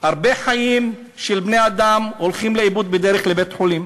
הרבה חיים של בני-אדם הולכים לאיבוד בדרך לבית-חולים.